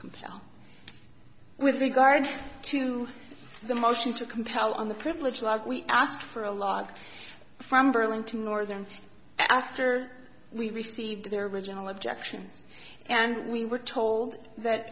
compel with regard to the motion to compel on the privilege last we asked for a log from burlington northern after we received their original objections and we were told that